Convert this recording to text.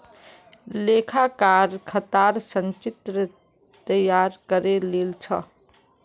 लेखाकार खातर संचित्र तैयार करे लील छ